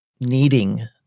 needing